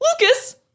Lucas